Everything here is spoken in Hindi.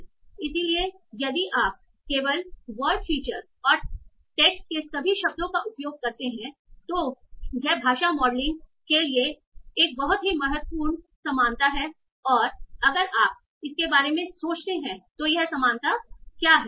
इसलिए यदि आप केवल शब्द फीचर्स और टेक्स्ट के सभी शब्दों का उपयोग करते हैं तो यह भाषा मॉडलिंग के लिए एक बहुत ही महत्वपूर्ण समानता है और अगर आप इसके बारे में सोचते हैं तो यह समानता क्या है